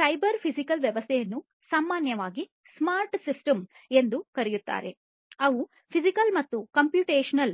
cyber physical ವ್ಯವಸ್ಥೆಯನ್ನು ಸಾಮಾನ್ಯವಾಗಿ smart systems ಎಂದೂ ಕರೆಯುತ್ತಾರೆ ಅವು ಫಿಸಿಕಲ್ ಮತ್ತು ಕಂಪ್ಯೂಟೇಶನಲ್